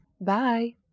bye